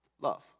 love